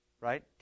right